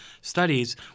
studies